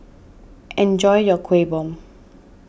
enjoy your Kueh Bom